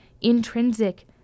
intrinsic